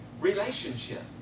relationship